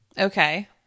Okay